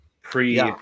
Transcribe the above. pre